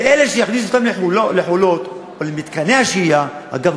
ואלה שיכניסו אותם ל"חולות" או למתקני השהייה אגב,